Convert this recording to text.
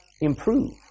improve